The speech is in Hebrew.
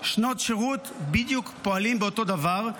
בשנות שירות פועלים בדיוק אותו דבר.